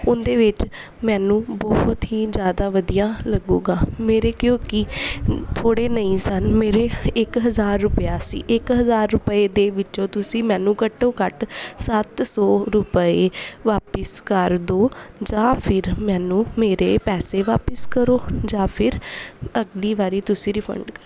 ਉਹਦੇ ਵਿੱਚ ਮੈਨੂੰ ਬਹੁਤ ਹੀ ਜ਼ਿਆਦਾ ਵਧੀਆ ਲੱਗੇਗਾ ਮੇਰੇ ਕਿਉਂਕਿ ਥੋੜ੍ਹੇ ਨਹੀਂ ਸਨ ਮੇਰੇ ਇਕ ਹਜ਼ਾਰ ਰੁਪਿਆ ਸੀ ਇੱਕ ਹਜ਼ਾਰ ਰੁਪਏ ਦੇ ਵਿੱਚੋਂ ਤੁਸੀਂ ਮੈਨੂੰ ਘੱਟੋ ਘੱਟ ਸੱਤ ਸੌ ਰੁਪਏ ਵਾਪਿਸ ਕਰ ਦਿਓ ਜਾਂ ਫਿਰ ਮੈਨੂੰ ਮੇਰੇ ਪੈਸੇ ਵਾਪਸ ਕਰੋ ਜਾਂ ਫਿਰ ਅਗਲੀ ਵਾਰੀ ਤੁਸੀਂ ਰਿਫੰਡ ਕਰ